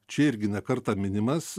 čia irgi ne kartą minimas